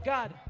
God